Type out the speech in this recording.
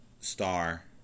star